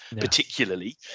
particularly